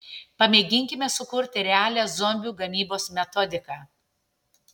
pamėginkime sukurti realią zombių gamybos metodiką